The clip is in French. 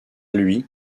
lui